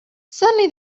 suddenly